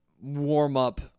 warm-up